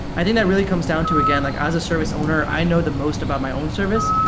i think that really comes down to, again, like as a service owner, i know the most about my own service.